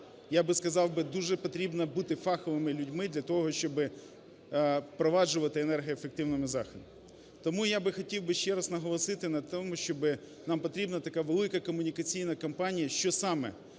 Я би сказав, дуже потрібно бути фаховими людьми для того, щоб впроваджувати енергоефективні заходи. Тому я би хотів ще раз наголосити на тому, що нам потрібна така велика комунікаційна компанія, що саме